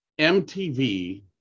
MTV